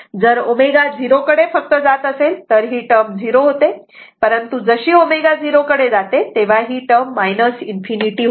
जर ω झिरो कडे फक्त जात असेल तर ही टर्म 0 होते परंतु जशी ω झिरो कडे जाते तेव्हा ही टर्म ∞ होते